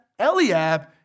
Eliab